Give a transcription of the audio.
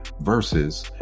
versus